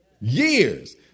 Years